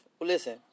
Listen